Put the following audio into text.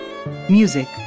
Music